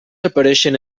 apareixen